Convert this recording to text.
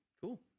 cool